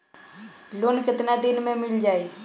Loan कितना दिन में मिल जाई?